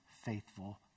faithful